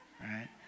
right